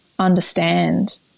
Understand